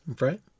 right